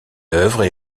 œuvres